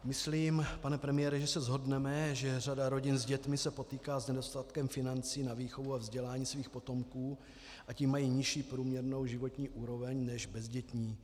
Myslím, pane premiére, že se shodneme, že řada rodin s dětmi se potýká s nedostatkem financí na výchovu a vzdělání svých potomků, a tím mají nižší průměrnou životní úroveň než bezdětní.